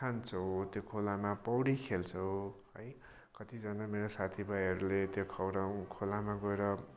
खान्छौँ त्यो खोलामा पौडी खेल्छौँ है कतिजना मेरो साथीभाइहरूले त्यो खौराउ खोलामा गएर